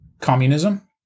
communism